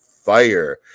fire